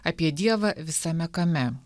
apie dievą visame kame